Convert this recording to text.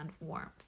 warmth